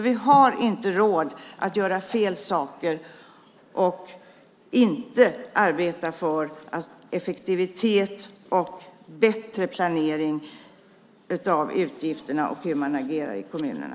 Vi har inte råd att göra fel saker och att låta bli att arbeta för effektivitet, bättre planering av utgifterna och hur man agerar i kommunerna.